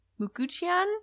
Mukuchian